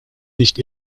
nicht